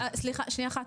סליחה, שנייה אחת.